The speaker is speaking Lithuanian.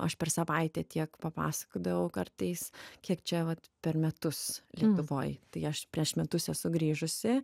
aš per savaitę tiek papasakodavau kartais kiek čia vat per metus lietuvoj tai aš prieš metus esu grįžusi